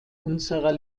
unserer